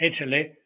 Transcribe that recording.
Italy